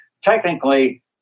Technically